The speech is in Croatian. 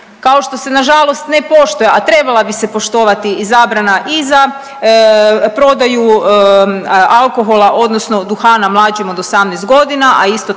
kao što se nažalost ne poštuje, a trebala bi se poštovati i zabrana i za prodaju alkohola odnosno duhana mlađim od 18 godina,